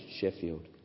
Sheffield